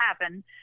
happen